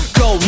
go